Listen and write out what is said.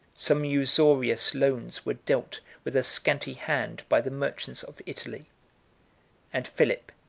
some usurious loans were dealt with a scanty hand by the merchants of italy and philip,